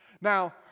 Now